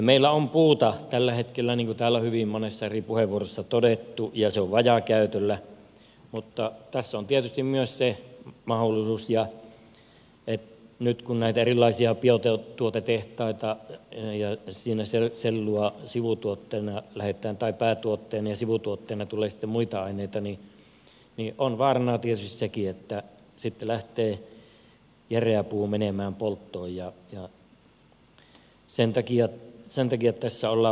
meillä on puuta tällä hetkellä niin kuin täällä on hyvin monessa eri puheenvuorossa todettu ja se on vajaakäytöllä mutta tässä on tietysti myös se mahdollisuus nyt kun on näitä erilaisia biotuotetehtaita ja siinä sellua tulee päätuotteena ja sivutuotteena sitten muita aineita että on vaarana sekin että sitten lähtee järeä puu menemään polttoon ja sen takia tässä ollaan varovaisia